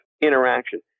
interaction